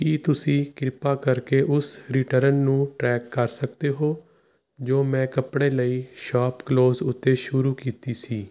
ਕੀ ਤੁਸੀਂ ਕਿਰਪਾ ਕਰਕੇ ਉਸ ਰਿਟਰਨ ਨੂੰ ਟਰੈਕ ਕਰ ਸਕਦੇ ਹੋ ਜੋ ਮੈਂ ਕੱਪੜੇ ਲਈ ਸ਼ਾਪ ਕਲੂਜ਼ ਉੱਤੇ ਸ਼ੁਰੂ ਕੀਤੀ ਸੀ